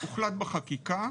הוחלט בחקיקה,